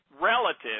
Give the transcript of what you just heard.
relative